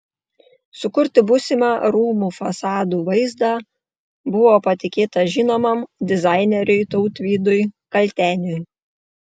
sukurti būsimą rūmų fasadų vaizdą buvo patikėta žinomam dizaineriui tautvydui kalteniui